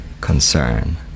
concern